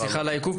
סליחה על העיכוב,